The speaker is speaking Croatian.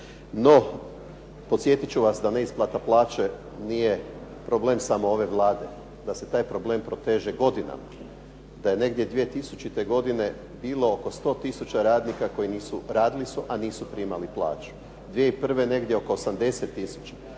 NO, podsjetit ću vas da neisplata plaće nije problem samo ove Vlade, da se taj problem proteže godinama, da je negdje 2000. godine bilo negdje oko 100 tisuća radnika koji radili su a nisu primali plaću, 2001. negdje oko 80